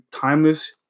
timeless